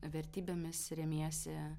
vertybėmis remiesi